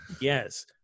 Yes